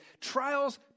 Trials